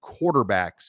quarterbacks